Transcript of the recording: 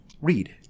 Read